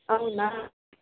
అవునా